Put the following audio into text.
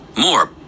More